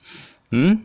hmm